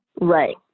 right